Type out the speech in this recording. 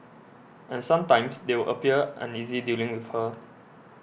and sometimes they would appear uneasy dealing with her